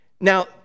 Now